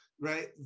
right